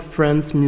Friends